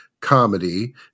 comedy